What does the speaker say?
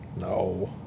No